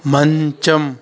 మంచం